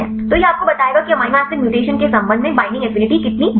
तो यह आपको बताएगा कि अमीनो एसिड म्यूटेशन के संबंध में बईंडिंग एफिनिटी कितनी दूर है